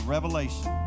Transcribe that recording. revelation